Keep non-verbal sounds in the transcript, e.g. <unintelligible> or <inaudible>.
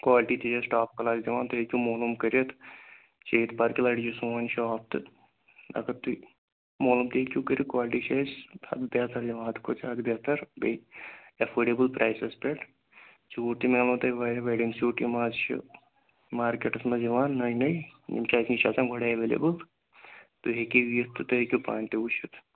quality تہِ چھِ أسۍ ٹاپ کلاس دِوان تُہۍ ہیٚکِو مولوٗم کٔرِتھ <unintelligible> سون شاپ تہٕ اگر تُہۍ مولوٗم تہِ ہیٚکِو کٔرِتھ کالٹی چھِ اَسہِ بہتر یِوان حدٕ کھۄتہٕ زیادٕ بہتر بیٚیہِ اٮ۪فٲڈِبٕل پرٛایسَس پٮ۪ٹھ سوٗٹ تہِ میلنو تۄہہِ واریاہ وٮ۪ڈِنٛگ سوٗٹ یِم آز چھِ مارکیٹَس منٛز یِوان نٔے نٔے یِم چھِ اَسہِ آسان گۄڈٕ اٮ۪ویلیبٕل تُہۍ ہیٚکِو یِتھ تہٕ تُہۍ ہیٚکِو پانہٕ تہِ وٕچھِتھ